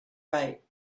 right